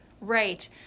Right